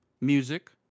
Music